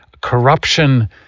corruption